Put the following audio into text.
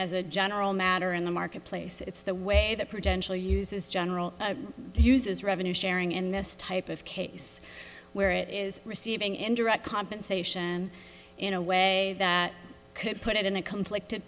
as a general matter in the marketplace it's the way the potential uses general uses revenue sharing in this type of case where it is receiving indirect compensation in a way that could put it in a conflicted